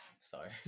Sorry